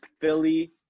Philly